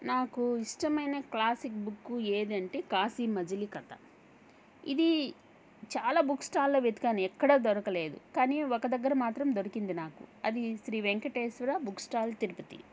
నాకు ఇష్టమైన classic book ఏంటంటే కాశీ మజిలీ కథ ఇది చాలా బుక్స్టాల్లో వెతికినాను ఎక్కడ దొరకలేదు కానీ ఒక దగ్గర మాత్రం దొరికింది నాకు అది శ్రీ వెంకటేశ్వర బుక్స్టాల్ తిరుపతి